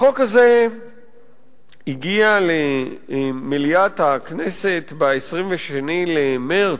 החוק הזה הגיע למליאת הכנסת ב-22 במרס.